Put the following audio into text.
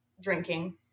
drinking